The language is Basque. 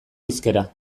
hizkera